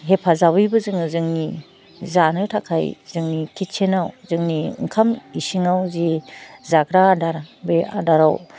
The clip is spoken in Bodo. हेफाजाबैबो जोङो जोंनि जानो थाखाय जोंनि किदसोनाव जोंनि ओंखाम इसिङाव जि जाग्रा आदार बे आदाराव